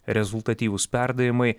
rezultatyvūs perdavimai